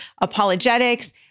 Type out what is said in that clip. apologetics